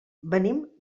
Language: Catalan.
venim